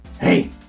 hey